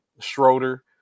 Schroeder